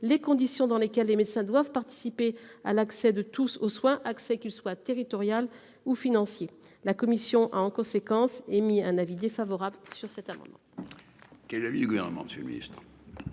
les conditions dans lesquelles les médecins doivent participer à l'accès de tous aux soins, qu'il soit territorial ou financier. La commission a en conséquence émis un avis défavorable sur cet amendement. Quel est l'avis du Gouvernement ? Monsieur